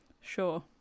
Sure